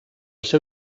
seu